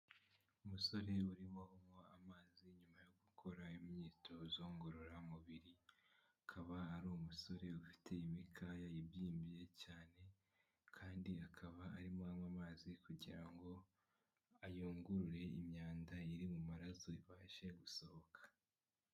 Umusore urimo unywa amazi nyuma yo gukora imyitozo ngororamubiri, akaba ari umusore ufite imikaya ibyimbye cyane, kandi akaba arimo anywa amazi kugira ngo ayungurure imyanda iri mu maraso ibashe gusohoka.